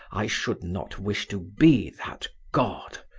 i should not wish to be that god.